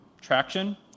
traction